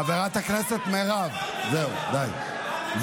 חברת הכנסת מירב, זהו, די.